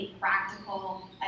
practical